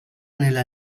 nella